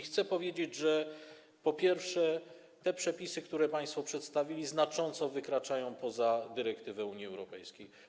Chcę powiedzieć, że te przepisy, które państwo przedstawili, znacząco wykraczają poza dyrektywę Unii Europejskiej.